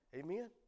Amen